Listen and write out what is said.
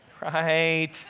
Right